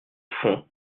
fond